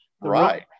Right